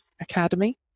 academy